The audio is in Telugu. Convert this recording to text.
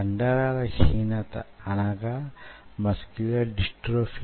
అంటే ఉదాహరణకు ఇది కాంటీలివర్ అనుకుందాం